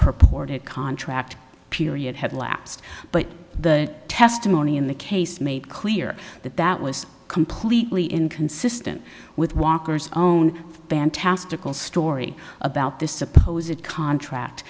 purported contract period had lapsed but the testimony in the case made clear that that was completely inconsistent with walker's own fantastical story about this supposed contract